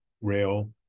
rail